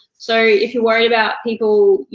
so if you worry about people, you